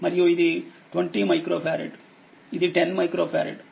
మరియు ఇది 20 మైక్రోఫారెడ్ ఇది 10 మైక్రోఫారెడ్